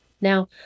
Now